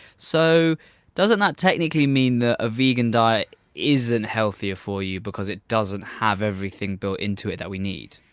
so doesn't that technically mean that a vegan diet isn't healthier for you because it doesn't have everything built into it that we need?